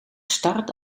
start